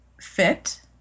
fit